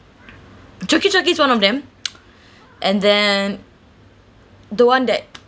choki choki is one of them and then the one that